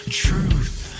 truth